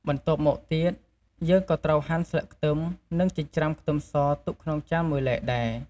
បន្ទាប់មកទៀត យើងក៏ត្រូវហាន់ស្លឹកខ្ទឹម និងចិញ្ច្រាំខ្ទឹមសទុកក្នុងចានមួយឡែកដែរ។